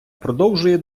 продовжує